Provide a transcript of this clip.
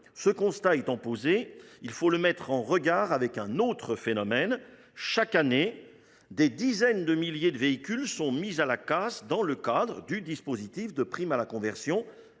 Ce constat étant posé, il faut le mettre en regard avec un autre phénomène : chaque année, des milliers de véhicules sont mis à la casse dans le cadre du dispositif de prime à la conversion,